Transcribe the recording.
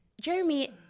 Jeremy